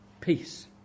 peace